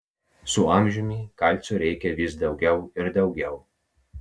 su amžiumi kalcio reikia vis daugiau ir daugiau